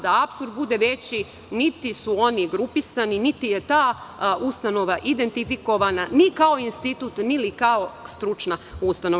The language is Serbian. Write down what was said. Da apsurd bude veći, niti su oni grupisani, niti je ta ustanova identifikovana ni kao institut, ni kao stručna ustanova.